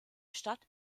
stadt